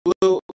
Blue